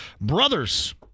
brothers